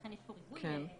לכן יש פה ריבוי עונשים,